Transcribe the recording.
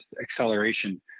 acceleration